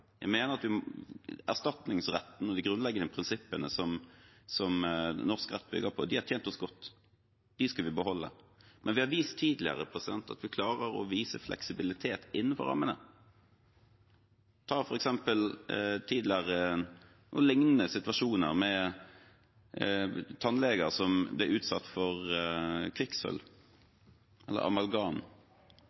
jeg motstander av. Jeg mener at erstatningsretten og de grunnleggende prinsippene som norsk rett bygger på, har tjent oss godt, og dem skal vi beholde. Men vi har vist tidligere at vi klarer å vise fleksibilitet innenfor rammene. Ta f.eks. tidligere – og lignende – situasjoner med tannleger som ble utsatt for kvikksølv, eller